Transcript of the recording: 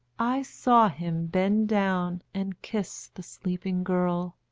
i saw him bend down and kiss the sleeping girl,